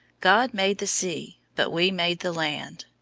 god made the sea, but we made the land,